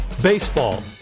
Baseball